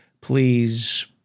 please